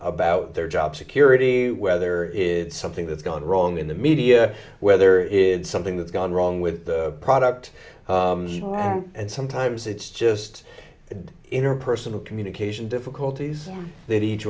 about their job security whether it's something that's gone wrong in the media whether it is something that's gone wrong with the product and sometimes it's just interpersonal communication difficulties that each